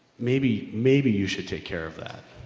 maybe, maybe you should take care of that.